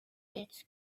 its